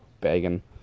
begging